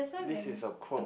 this is a quote